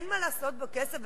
אין מה לעשות בכסף?